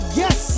yes